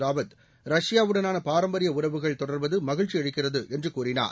ராவத் ரஷ்யாவுடனான பாரம்பரிய உறவுகள் தொடர்வது மகிழ்ச்சி அளிக்கிறது என்று கூறினார்